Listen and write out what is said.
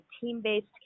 team-based